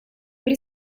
при